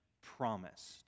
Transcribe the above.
promised